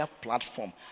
platform